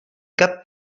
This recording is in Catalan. cap